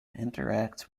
interacts